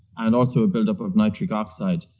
and also a buildup of nitric oxide.